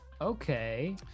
okay